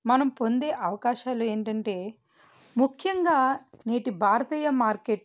మనం పొందే అవకాశాలు ఏంటంటే ముఖ్యంగా నేటి భారతీయ మార్కెట్